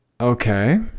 Okay